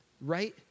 right